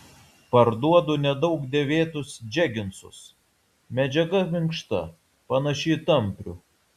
parduodu nedaug dėvėtus džeginsus medžiaga minkšta panaši į tamprių